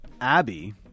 Abby